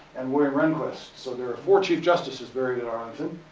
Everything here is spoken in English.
and william rehnquist. so there are four chief justices buried at arlington.